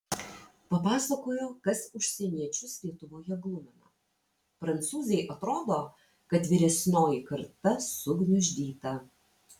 papasakojo kas užsieniečius lietuvoje glumina prancūzei atrodo kad vyresnioji karta sugniuždyta